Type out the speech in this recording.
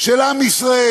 של עם ישראל,